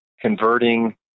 converting